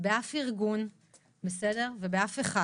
באף ארגון ובאף אחד.